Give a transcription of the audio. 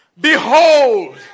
behold